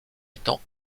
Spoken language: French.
étant